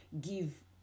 give